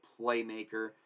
playmaker